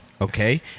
Okay